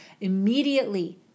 immediately